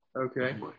Okay